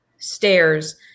stairs